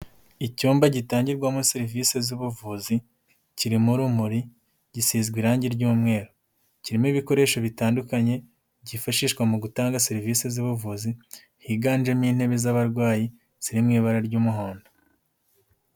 Icyumba gitangirwamo serivisi z'ubuvuzi kirimo urumuri gisizwe irangi ry'umweru kirimo Ibikoresho bitandukanye byifashishwa mu gutanga serivisi z'ubuvuzi higanjemo intebe z'abarwayi ziri mu ibara ry'umuhondo.